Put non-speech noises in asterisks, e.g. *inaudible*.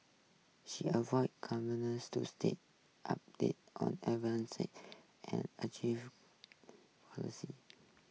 she avoid *unintelligible* to stay updated on *unintelligible* and achieve policy